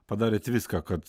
padarėt viską kad